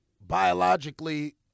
biologically